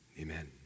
Amen